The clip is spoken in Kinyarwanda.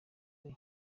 iyo